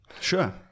Sure